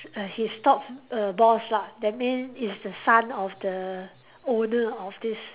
err his top err boss lah that mean is the son of the owner of this